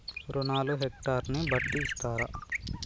రుణాలు హెక్టర్ ని బట్టి ఇస్తారా?